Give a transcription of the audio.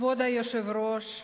כבוד היושב-ראש,